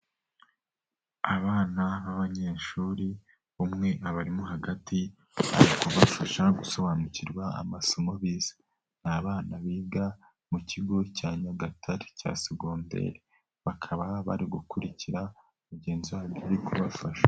Abana b'abanyeshuri umwe abarimo hagati mu kubafasha gusobanukirwa amasomo bize. Ni abana biga mu kigo cya Nyagatare cya segonderi, bakaba bari gukurikira mugenzi wabo ari kubafasha.